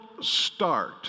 start